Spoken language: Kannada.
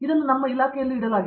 ಇದನ್ನು ನಮ್ಮ ಇಲಾಖೆಯಲ್ಲಿ ಇಡಲಾಗಿದೆ